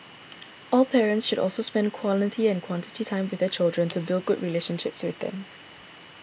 all parents should also spend quality and quantity time with their children to build good relationships with them